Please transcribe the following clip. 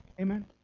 Amen